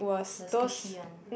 the squishy one